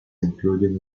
incluyen